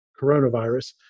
coronavirus